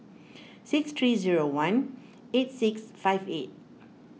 six three zero one eight six five eight